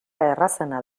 errazena